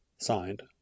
Signed